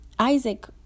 Isaac